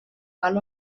cal